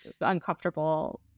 uncomfortable